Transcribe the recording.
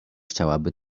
chciałaby